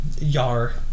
Yar